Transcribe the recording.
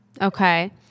Okay